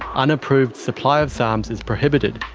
unapproved supply of sarms is prohibited.